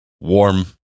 warm